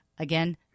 Again